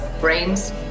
brains